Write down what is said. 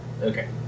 Okay